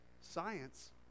science